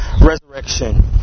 resurrection